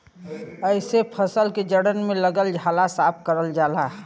एसे फसल के जड़न में लगल झाला साफ करल जाला